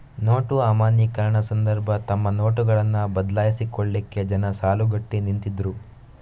note ಅಮಾನ್ಯೀಕರಣ ಸಂದರ್ಭ ತಮ್ಮ ನೋಟುಗಳನ್ನ ಬದಲಾಯಿಸಿಕೊಳ್ಲಿಕ್ಕೆ ಜನ ಸಾಲುಗಟ್ಟಿ ನಿಂತಿದ್ರು